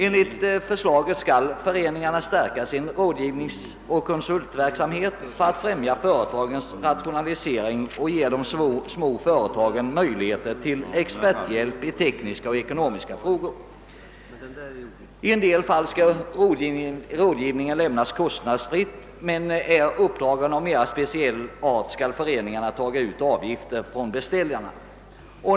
Enligt förslaget skall föreningarna stärka sin rådgivningsoch konsultverksamhet för att främja företagens rationalisering och ge de små företagen möjligheter till experthjälp i tekniska och ekonomiska frågor. I en del fall skall rådgivningen lämnas kostnadsfritt, men är uppdraget av mera speciell art skall föreningarna ta ut avgifter från beställarna.